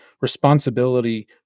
responsibility